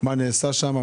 מה נעשה שם?